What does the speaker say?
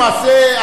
למעשה,